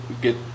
get